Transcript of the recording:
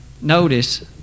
Notice